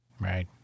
Right